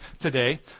today